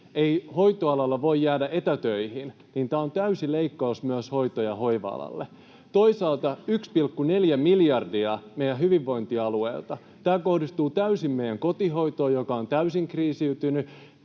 Ei hoitoalalla voi jäädä etätöihin, joten tämä on myös täysi leikkaus hoito‑ ja hoiva-alalle. Toisaalta 1,4 miljardia meidän hyvinvointialueilta — tämä kohdistuu täysin meidän kotihoitoon, joka on täysin kriisiytynyt.